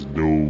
no